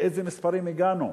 לאיזה מספרים הגענו,